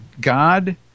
God